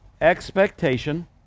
expectation